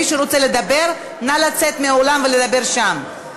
מי שרוצה לדבר, נא לצאת מהאולם ולדבר שם.